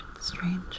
strange